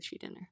dinner